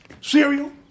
cereal